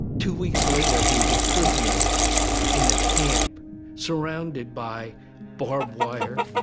two weeks later, he was a prisoner in a camp surrounded by barbed wire.